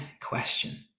question